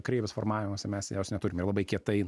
kreivės formavimosi mes jos neturim ir labai kietai